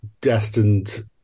destined